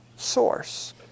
Source